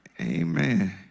Amen